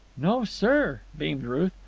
no sir beamed ruth.